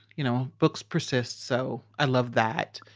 you know, books persist. so i love that.